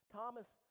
Thomas